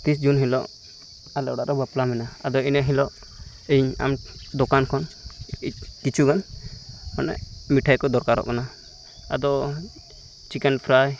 ᱛᱨᱤᱥ ᱡᱩᱱ ᱦᱤᱞᱳᱜ ᱟᱞᱮ ᱚᱲᱟᱜᱨᱮ ᱵᱟᱯᱞᱟ ᱢᱮᱱᱟᱜᱼᱟ ᱟᱫᱚ ᱤᱱᱟᱹ ᱦᱤᱞᱳᱜ ᱤᱧ ᱟᱢ ᱫᱳᱠᱟᱱ ᱠᱷᱚᱱ ᱠᱤᱪᱷᱩᱜᱟᱱ ᱢᱟᱱᱮ ᱢᱤᱴᱷᱟᱭᱠᱚ ᱫᱚᱨᱠᱟᱨᱚᱜ ᱠᱟᱱᱟ ᱟᱫᱚ ᱪᱤᱠᱮᱱ ᱯᱷᱨᱟᱭ